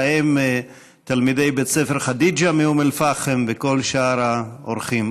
ובהם תלמידי בית ספר חדיג'ה מאום אל-פחם וכל שאר האורחים.